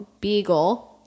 Beagle